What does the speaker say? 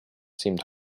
seemed